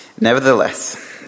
Nevertheless